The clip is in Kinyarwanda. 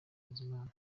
bizimana